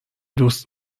دوست